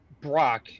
Brock